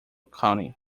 county